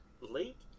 late